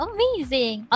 Amazing